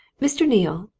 mr. neale!